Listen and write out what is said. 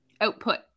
Output